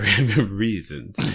reasons